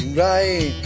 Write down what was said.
right